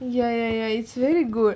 ya ya ya it's very good